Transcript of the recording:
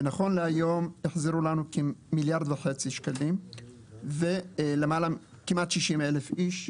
ונכון להיום החזירו לנו כמיליארד וחצי שקלים כמעט 60,000 איש,